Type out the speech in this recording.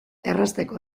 errazteko